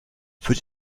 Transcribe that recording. für